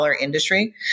industry